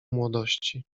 młodości